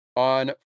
On